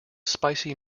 spicy